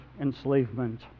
enslavement